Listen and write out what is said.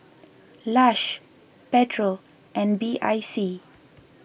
Lush Pedro and B I C